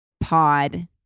pod